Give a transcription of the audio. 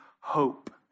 hope